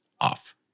off